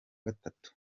gatatu